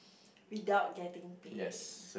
without getting paid